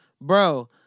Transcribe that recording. Bro